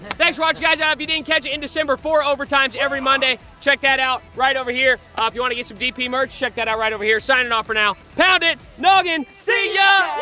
thanks for watching, guys. if you didn't catch it, in december, four overtimes every monday. check that out right over here. ah if you want to get some dp merch, check that out right over here. signing off for now. pound it! noggin! see ya!